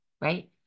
right